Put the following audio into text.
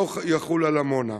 לא יחול על עמונה.